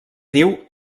diu